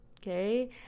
okay